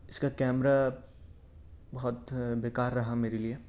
اس کا کیمرہ بہت بیکار رہا میرے لیے